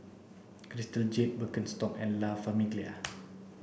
Crystal Jade Birkenstock and La Famiglia